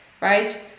right